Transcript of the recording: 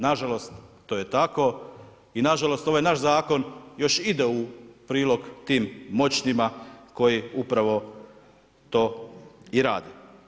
Nažalost to je tako i nažalost ovaj naš zakon još ide u prilog tim moćnima koji upravo to i rade.